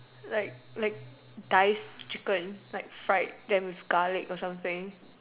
like like diced chicken like fried them with garlic or something